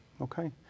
Okay